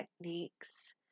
techniques